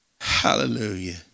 Hallelujah